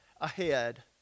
ahead